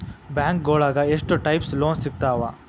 ಬ್ಯಾಂಕೋಳಗ ಎಷ್ಟ್ types loan ಸಿಗ್ತಾವ?